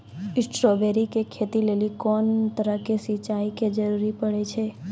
Strawberry के खेती लेली कोंन तरह के सिंचाई के जरूरी पड़े छै?